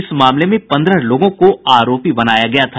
इस मामले में पन्द्रह लोगों को आरोपी बनाया गया था